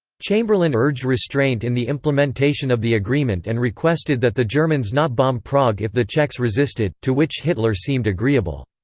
chamberlain urged restraint in the implementation of the agreement and requested that the germans not bomb prague if the czechs resisted, to which hitler seemed agreeable.